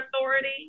authority